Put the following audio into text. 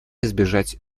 избежать